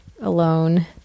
alone